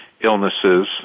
illnesses